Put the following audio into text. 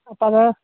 അപ്പം അത്